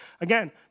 Again